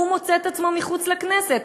הוא מוצא את עצמו מחוץ לכנסת.